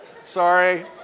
Sorry